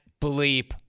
bleep